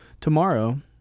tomorrow